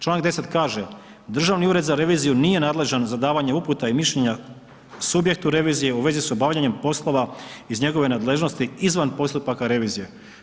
Članak 10. kaže, Državni ured za reviziju nije nadležan za davanje uputa i mišljenja subjektu revizije u vezi s obavljanjem poslova iz njegove nadležnosti izvan postupaka revizije.